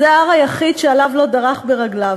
זה ההר היחיד שעליו לא דרך ברגליו.